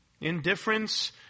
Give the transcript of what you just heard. Indifference